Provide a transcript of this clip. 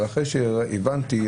אבל הבנתי,